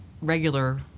regular